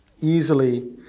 easily